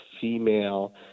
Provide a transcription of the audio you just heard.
female